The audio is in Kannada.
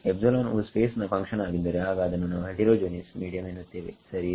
ವು ಸ್ಪೇಸ್ ನ ಫಂಕ್ಷನ್ ಆಗಿದ್ದರೆ ಆಗ ಅದನ್ನು ನಾವು ಹೆಟಿರೋಜೀನಿಯಸ್ ಮೀಡಿಯಂ ಎನ್ನುತ್ತೇವೆ ಸರಿಯೇ